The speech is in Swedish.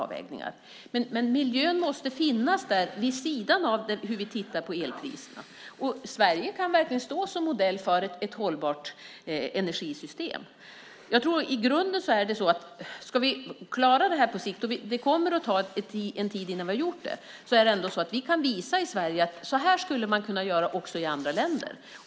Men miljön måste finnas där vid sidan av hur vi tittar på elpriserna, och Sverige kan verkligen stå som modell för ett hållbart energisystem. I grunden är det så att ska vi klara det här på sikt - det kommer att ta en tid innan vi har gjort det - kan vi ändå visa i Sverige hur man skulle kunna göra också i andra länder.